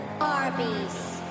Arby's